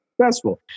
successful